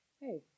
Hey